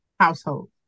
household